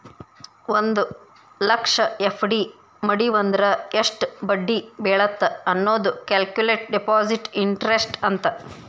ಒಂದ್ ಲಕ್ಷ ಎಫ್.ಡಿ ಮಡಿವಂದ್ರ ಎಷ್ಟ್ ಬಡ್ಡಿ ಬೇಳತ್ತ ಅನ್ನೋದ ಕ್ಯಾಲ್ಕುಲೆಟ್ ಡೆಪಾಸಿಟ್ ಇಂಟರೆಸ್ಟ್ ಅಂತ